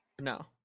no